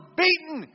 beaten